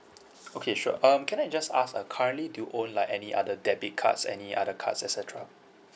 okay sure um can I just ask uh currently do you own like any other debit cards any other cards et cetera